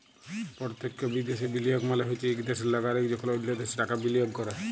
পরতখ্য বিদ্যাশে বিলিয়গ মালে হছে ইক দ্যাশের লাগরিক যখল অল্য দ্যাশে টাকা বিলিয়গ ক্যরে